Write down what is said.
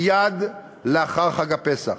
מייד לאחר חג הפסח,